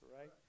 right